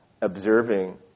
Observing